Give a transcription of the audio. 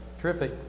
Terrific